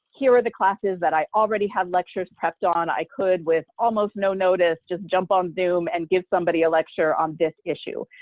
here are the classes that i already have lectures prepped on. i could, with almost no notice, just jump on zoom and give somebody a lecture on this issue,